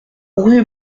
rue